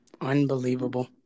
Unbelievable